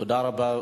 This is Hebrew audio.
תודה רבה.